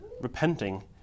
repenting